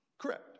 Correct